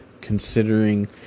Considering